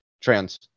trans